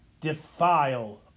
defile